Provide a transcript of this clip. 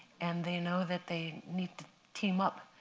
and they know that they need to team up.